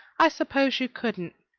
i suppose you couldn't.